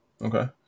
Okay